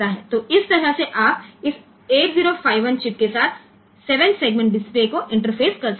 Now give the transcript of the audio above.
तो इस तरह से आप इस 8051 चिप के साथ 7 सेगमेंट डिस्प्ले को इंटरफेस कर सकते हैं